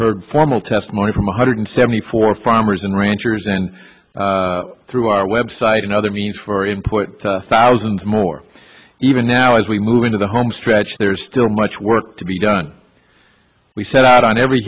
heard formal testimony from one hundred seventy four farmers and ranchers and through our website and other means for input thousands more even now as we move into the home stretch there is still much work to be done we set out on every